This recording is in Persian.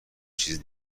چیز